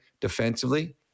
defensively